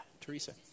Teresa